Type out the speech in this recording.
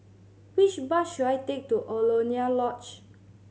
which bus should I take to Alaunia Lodge